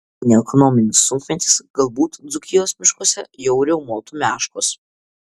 jei ne ekonominis sunkmetis galbūt dzūkijos miškuose jau riaumotų meškos